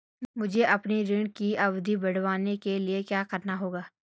मुझे अपने ऋण की अवधि बढ़वाने के लिए क्या करना होगा?